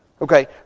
Okay